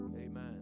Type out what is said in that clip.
Amen